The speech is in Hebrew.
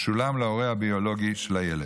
ישולם להורה הביולוגי של הילד.